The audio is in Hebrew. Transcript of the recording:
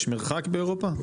יש מרחק באירופה?